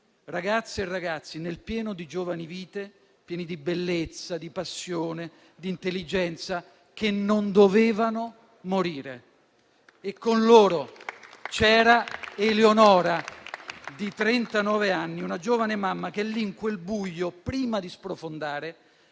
Ragazze e ragazzi nel pieno di giovani vite, pieni di bellezza, di passione e di intelligenza, che non dovevano morire. E con loro c'era Eleonora, di trentanove anni, una giovane mamma che lì, in quel buio, prima di sprofondare,